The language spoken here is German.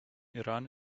iran